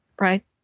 Right